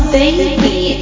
baby